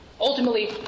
Ultimately